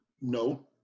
No